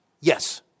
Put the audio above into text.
Yes